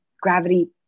gravity